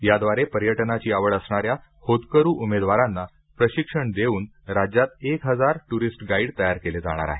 याद्वारे पर्यटनाची आवड असणाऱ्या होतकरू उमेदवारांना प्रशिक्षण देऊन राज्यात एक हजार ट्ररिस्ट गाईड तयार केले जाणार आहेत